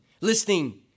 Listening